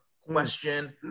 question